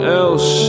else